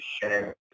share